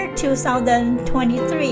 2023